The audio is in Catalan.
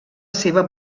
seva